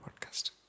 podcast